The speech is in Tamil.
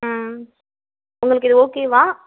ம் உங்களுக்கு இது ஓகேவா